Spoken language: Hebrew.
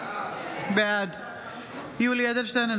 בעד יולי יואל אדלשטיין,